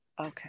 Okay